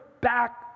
back